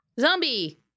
zombie